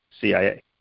CIA